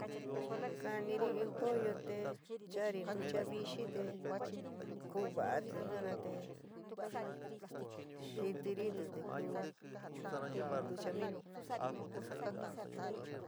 Ka'aniri in pollo te chaári ntucha vixi te kuv'atɨ yuana te xitiríti te ku in ntuchaminu.